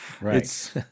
Right